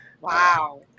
Wow